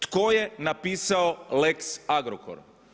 Tko je napisao Lex Agrokor?